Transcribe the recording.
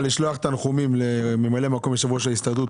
אם אפשר רק לפני זה לשלוח תנחומים לממלא מקום יושב ראש ההסתדרות,